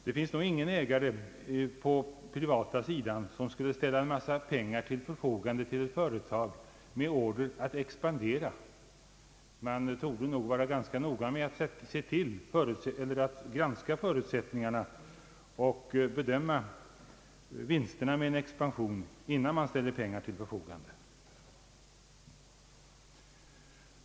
Det finns nog ingen företagsägare på den privata sidan som skulle ställa en massa pengar till förfogande för ett företag och ge det order att expandera. Man torde nog vilja granska förutsättningarna och bedöma vinsterna av en expansion innan man ställer pengar till förfogande.